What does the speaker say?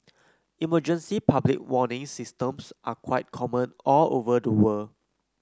emergency public warning systems are quite common all over the world